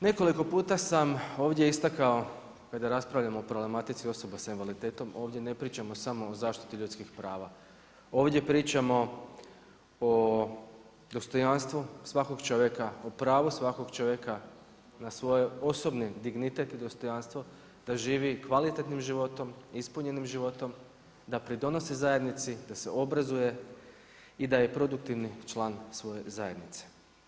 Nekoliko puta sam ovdje istakao kada raspravljamo o problematici osoba sa invaliditetom, ovdje ne pričamo samo o zaštiti ljudskih prava, ovdje pričamo o dostojanstvu svakog čovjeka, o pravu svakog čovjeka na svoj osobni dignitet i dostojanstvo da živi kvalitetnim životom, ispunjenim životom, da pridonosi zajednici, da se obrazuje i da je produktivni član svoje zajednice.